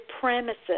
premises